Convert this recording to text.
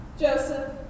Joseph